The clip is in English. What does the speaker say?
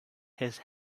his